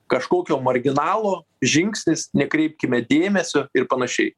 kažkokio marginalo žingsnis nekreipkime dėmesio ir panašiai